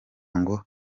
ngo